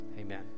Amen